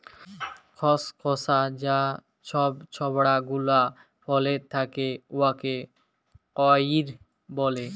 খসখসা যা ছব ছবড়া গুলা ফলের থ্যাকে উয়াকে কইর ব্যলে